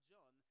John